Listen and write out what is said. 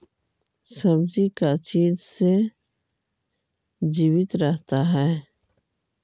सब्जी का चीज से जीवित रहता है?